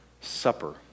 supper